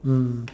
mm